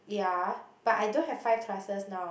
ya but I don't have five classes now